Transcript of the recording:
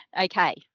Okay